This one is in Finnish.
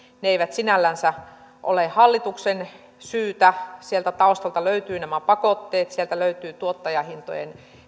eivät sinällänsä ole hallituksen syytä sieltä taustalta löytyvät nämä pakotteet sieltä löytyy tuottajahintojen